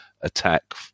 attack